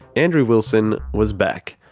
andrew wilson was back.